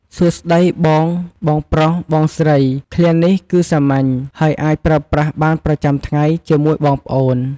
"សួស្ដីបង បងប្រុស បងស្រី!" ឃ្លានេះគឺសាមញ្ញ ហើយអាចប្រើប្រាស់បានប្រចាំថ្ងៃជាមួយបងប្អូន។